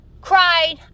cried